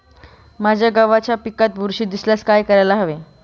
माझ्या गव्हाच्या पिकात बुरशी दिसल्यास काय करायला हवे?